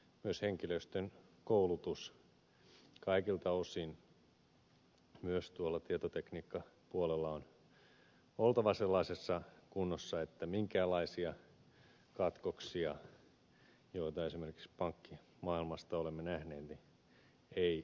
myös henkilöstön koulutuksen kaikilta osin myös tuolla tietotekniikkapuolella on oltava sellaisessa kunnossa että minkäänlaisia katkoksia joita esimerkiksi pankkimaailmassa olemme nähneet ei synny